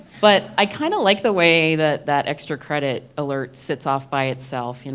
but i kind of like the way that that extra credit alerts sets off by its self. and